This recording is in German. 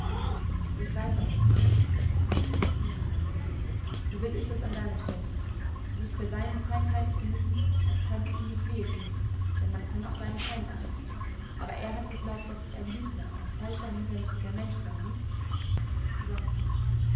sprich weiter bat ich nein so will ich es an deiner stelle tun mich für seinen feind halten zu müssen das konnte ihm nicht wehe tun denn man kann auch einen feind achten aber er hat geglaubt daß ich ein lügner ein falscher hinterlistiger mensch sei nicht du sagst es